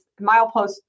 milepost